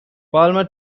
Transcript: palmer